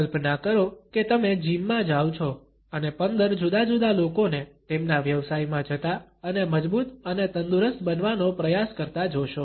કલ્પના કરો કે તમે જીમ માં જાવ છો અને 15 જુદા જુદા લોકોને તેમના વ્યવસાયમાં જતા અને મજબૂત અને તંદુરસ્ત બનવાનો પ્રયાસ કરતા જોશો